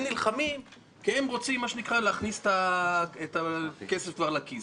הם נלחמים כי הם רוצים להכניס את הכסף כבר לכיס.